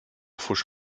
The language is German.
pfusch